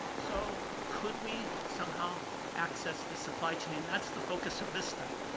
so could we somehow access the supply chain? that's the focus of this study.